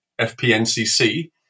FPNCC